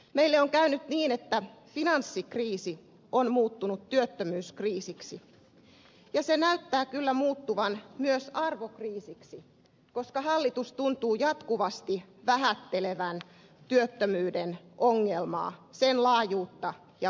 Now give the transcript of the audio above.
meillä on käynyt niin että finanssikriisi on muuttunut työttömyyskriisiksi ja se näyttää kyllä muuttuvan myös arvokriisiksi koska hallitus tuntuu jatkuvasti vähättelevän työttömyyden ongelmaa sen laajuutta ja vakavuutta